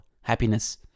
happiness